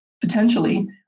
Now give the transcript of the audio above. potentially